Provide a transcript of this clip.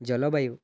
জলবায়ু